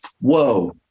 Whoa